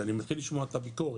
ואני מתחיל לשמוע את הביקורת